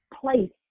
place